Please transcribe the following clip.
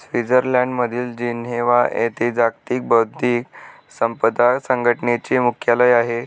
स्वित्झर्लंडमधील जिनेव्हा येथे जागतिक बौद्धिक संपदा संघटनेचे मुख्यालय आहे